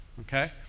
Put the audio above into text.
Okay